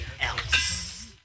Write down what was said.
else